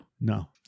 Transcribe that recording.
No